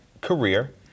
career